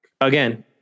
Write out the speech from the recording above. again